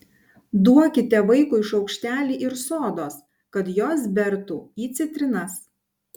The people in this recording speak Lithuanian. duokite vaikui šaukštelį ir sodos kad jos bertų į citrinas